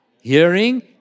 hearing